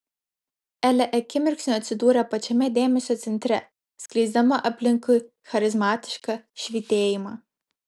elė akimirksniu atsidūrė pačiame dėmesio centre skleisdama aplinkui charizmatišką švytėjimą